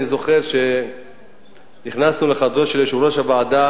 אני זוכר שנכנסנו לחדרו של יושב-ראש הוועדה